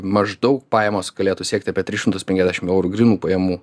maždaug pajamos galėtų siekti apie tris šimtus penkiasdešim eurų grynų pajamų